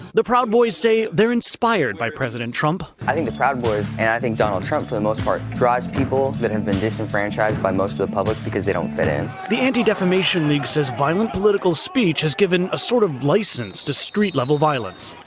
the proud boys say they're inspired by president trump. i think the proud boys and i think donald trump, for the most part, drives people that have been disenfranchised by most of the public because they don't fit in. the anti-defamation leaguesays violent political speech has given a sort of license to street level violence.